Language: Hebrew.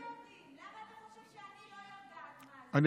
אבל למה אתם חושבים שרק אתם יודעים?